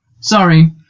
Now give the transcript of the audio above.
Sorry